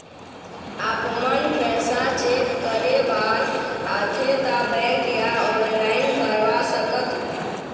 आपमन पैसा चेक करे बार आथे ता बैंक या ऑनलाइन करवा सकत?